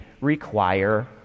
require